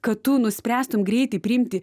kad tu nuspręstum greitai priimti